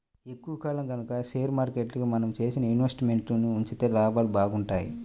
ఎక్కువ కాలం గనక షేర్ మార్కెట్లో మనం చేసిన ఇన్వెస్ట్ మెంట్స్ ని ఉంచితే లాభాలు బాగుంటాయి